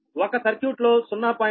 ఒక సర్క్యూట్లో 0